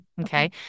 Okay